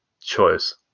choice